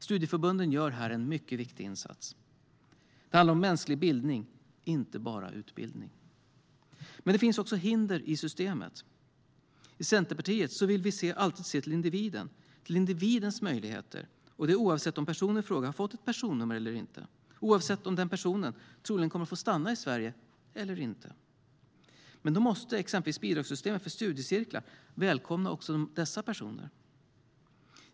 Studieförbunden gör här en mycket viktig insats. Det handlar om mänsklig bildning - inte bara utbildning. Det finns också hinder i systemet. I Centerpartiet vill vi alltid se till individen och till individens möjligheter, och det oavsett om personen i fråga har fått ett personnummer eller inte och oavsett om han eller hon troligen kommer att få stanna i Sverige eller inte. Men då måste exempelvis bidragssystemet för studiecirklar välkomna också dessa personer.